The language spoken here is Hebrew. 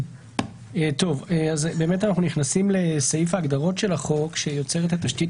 אנחנו נכנסים לסעיף ההגדרות של החוק שיוצר את התשתית